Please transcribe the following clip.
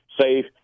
safe